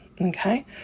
Okay